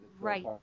Right